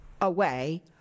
away